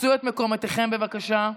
תפסו את מקומותיכם, בבקשה.